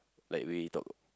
like we talk